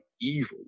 evil